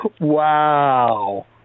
Wow